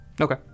okay